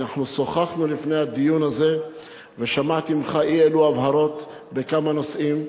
אנחנו שוחחנו לפני הדיון הזה ושמעתי ממך אי-אלו הבהרות בכמה נושאים,